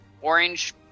orange